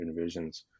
envisions